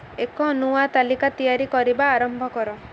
ଏକ ନୂଆ ତାଲିକା ତିଆରି କରିବା ଆରମ୍ଭ କର